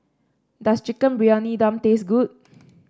does Chicken Briyani Dum taste good